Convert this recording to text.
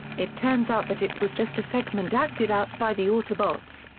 it turns out that it was just a segment acted out by the autobots.